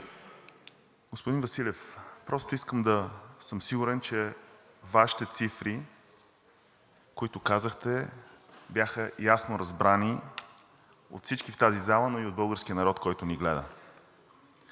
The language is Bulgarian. Господин Василев, просто искам да съм сигурен, че Вашите цифри, които казахте, бяха ясно разбрани от всички в тази зала, но и от българския народ, който ни гледа.